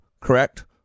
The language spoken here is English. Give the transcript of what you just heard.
correct